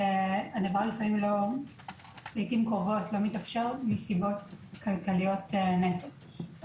הדבר לעיתים קרובות לא מתאפשר מסיבות כלכליות נטו.